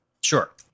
Sure